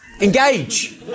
engage